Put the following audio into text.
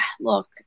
look